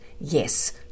Yes